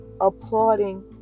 applauding